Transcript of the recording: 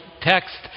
text